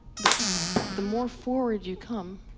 but the more forward you come,